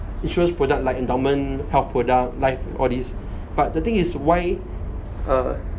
insurance product like endowment health product life all these but the thing is why uh